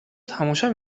تماشا